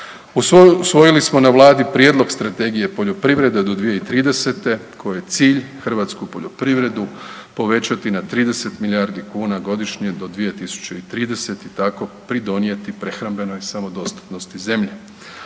Usvojili smo na Vladi Prijedlog Strategije poljoprivrede do 2030. kojem je cilj hrvatsku poljoprivredu povećati na 30 milijardi kuna godišnje do 2030. i tako pridonijeti prehrambenoj samodostatnosti zemlje.